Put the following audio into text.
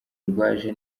rwaje